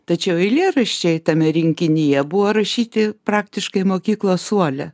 tačiau eilėraščiai tame rinkinyje buvo rašyti praktiškai mokyklos suole